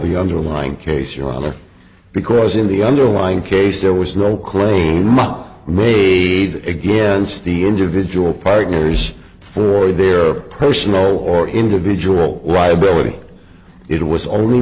the underlying case rather because in the underlying case there was no claim on made against the individual partners for their personal or individual right ability it was